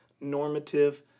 normative